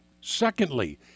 Secondly